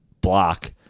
block